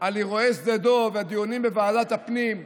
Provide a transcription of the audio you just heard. על אירועי שדה דב והדיונים בוועדת הפנים,